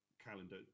calendar